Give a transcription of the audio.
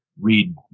read